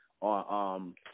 on